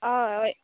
आं हय